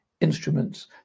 instruments